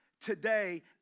today